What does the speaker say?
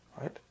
Right